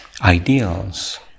ideals